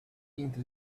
into